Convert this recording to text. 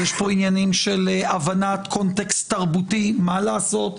ויש פה עניינים של הבנת קונטקסט תרבותי, מה לעשות.